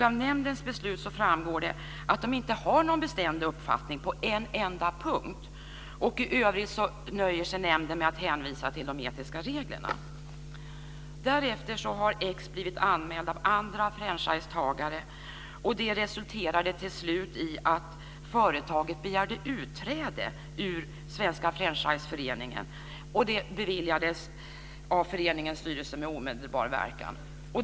Av nämndens beslut framgår att man inte har någon bestämd uppfattning på en enda punkt, och i övrigt nöjer sig nämnden med att hänvisa till de etiska reglerna. Därefter har x blivit anmäld av andra franchisetagare, och det resulterade till slut i att företaget begärde utträde ur Svenska Franchiseföreningen. Det beviljades av föreningens styrelse med omedelbar verkan.